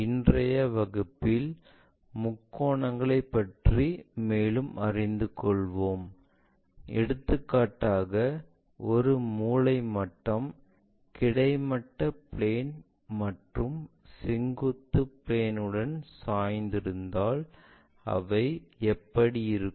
இன்றைய வகுப்பில் முக்கோணங்களைப் பற்றி மேலும் அறிந்து கொள்வோம் எடுத்துக்காட்டாக ஒரு மூலை மட்டம் கிடைமட்ட பிளேன் மற்றும் செங்குத்து பிளேன் உடன் சாய்ந்திருந்தாள் அவை எப்படி இருக்கும்